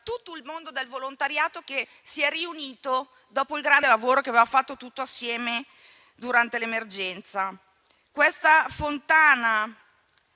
tutto il mondo del volontariato che si è riunito dopo il grande lavoro che avevano fatto assieme durante l'emergenza. Questa fontana